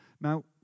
Now